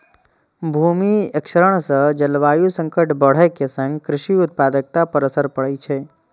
भूमि क्षरण सं जलवायु संकट बढ़ै के संग कृषि उत्पादकता पर असर पड़ै छै